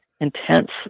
intense